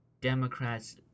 Democrats